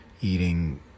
eating